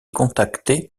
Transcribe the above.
contacté